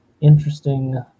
interesting